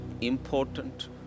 important